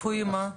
קפואים מה?